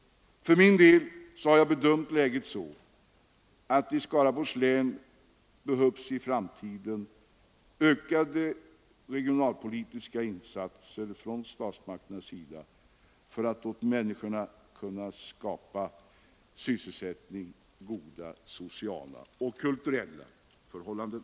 För min del har jag bedömt läget så att det i Skaraborgs län i framtiden behövs ökade regionalpolitiska insatser från statsmakternas sida för att åt människorna kunna skapa sysselsättning samt goda sociala och kulturella förhållanden.